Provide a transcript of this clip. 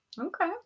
Okay